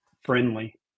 friendly